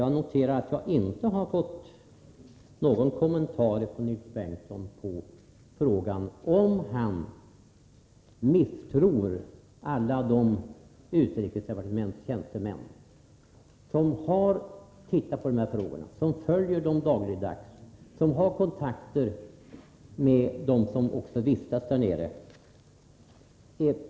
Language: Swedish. Jag noterar att jag inte har fått någon kommentar från Nils Berndtson till frågan om han misstror alla de tjänstemän på utrikesdepartementet som dagligdags följer dessa frågor och som också har kontakt med dem som vistas i Burma.